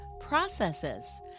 processes